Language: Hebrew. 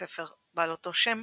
בספר בעל אותו השם,